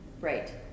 Right